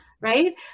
right